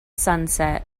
sunset